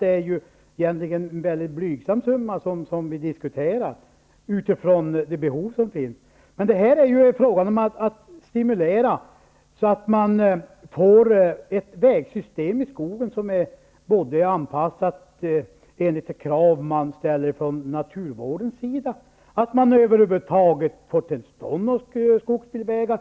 Det är egentligen en mycket blygsam summa vi diskuterar utifrån det behov som finns. Här är det frågan om att stimulera så att man får ett vägsystem i skogen som är anpassat till de krav naturvården ställer och så att man över huvud taget får till stånd några skogsbilvägar.